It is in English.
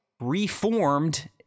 reformed